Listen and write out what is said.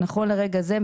נכון לרגע זה,